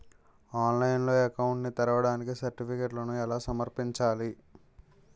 ఆన్లైన్లో అకౌంట్ ని తెరవడానికి సర్టిఫికెట్లను ఎలా సమర్పించాలి?